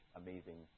amazing